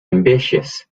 ambitious